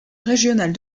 régionale